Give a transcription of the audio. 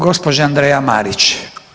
Gospođa Andreja Marić.